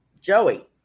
Joey